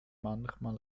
manchmal